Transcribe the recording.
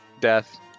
death